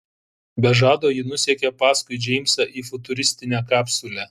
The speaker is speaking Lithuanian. be žado ji nusekė paskui džeimsą į futuristinę kapsulę